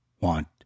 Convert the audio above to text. want